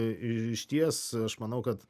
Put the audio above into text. išties aš manau kad